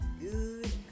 good